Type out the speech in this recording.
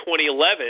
2011